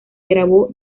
grabó